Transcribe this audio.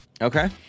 Okay